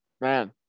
man